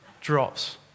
drops